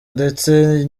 ndetse